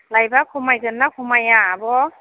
लायबा खमायगोन ना खमाया आब'